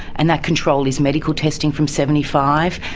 and that control is medical testing from seventy five,